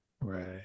right